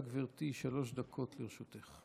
בבקשה, גברתי, שלוש דקות לרשותך.